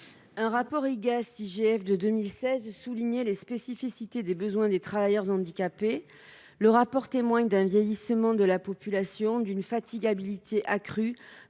générale des finances de 2016 souligne la spécificité des besoins des travailleurs handicapés. Ce rapport témoigne d’un vieillissement de la population, d’une fatigabilité accrue,